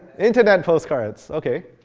internet postcards, ok.